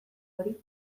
hori